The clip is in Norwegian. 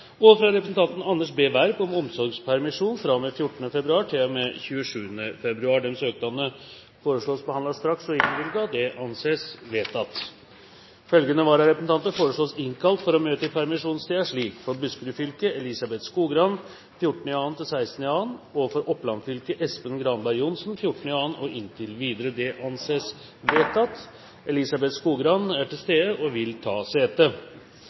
fra representanten Anders B. Werp om omsorgspermisjon fra og med 14. februar til og med 27. februar Etter forslag fra presidenten ble enstemmig besluttet: Søknadene behandles straks og innvilges. Følgende vararepresentanter innkalles for å møte i permisjonstiden: For Buskerud fylke: Elizabeth Skogrand 14.–16. februar For Oppland fylke: Espen Granberg Johnsen 14. februar og inntil videre Elizabeth Skogrand er til stede og vil ta sete.